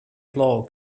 plague